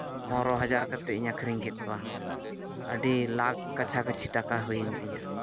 ᱯᱚᱱᱨᱚ ᱦᱟᱡᱟᱨ ᱠᱟᱛᱮᱫ ᱤᱧ ᱟᱠᱷᱨᱤᱧ ᱠᱮᱫ ᱠᱚᱣᱟ ᱟᱹᱰᱤ ᱞᱟᱠᱷ ᱠᱟᱪᱷᱟ ᱠᱟᱪᱷᱤ ᱴᱟᱠᱟ ᱦᱩᱭᱮᱱ ᱛᱤᱧᱟᱹ